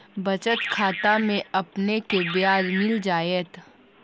बचत खाता में आपने के ब्याज मिल जाएत